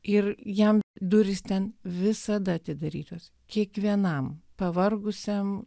ir jam durys ten visada atidarytos kiekvienam pavargusiam